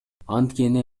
анткени